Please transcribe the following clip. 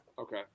Okay